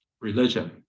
religion